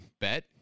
bet